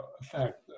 affect